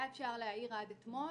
היה אפשר להעיר עד אתמול,